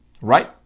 right